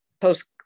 post